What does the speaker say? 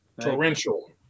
torrential